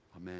Amen